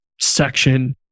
section